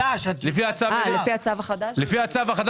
לפי הצו החדש.